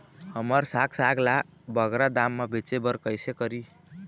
हमर साग साग ला बगरा दाम मा बेचे बर कइसे करी?